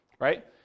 right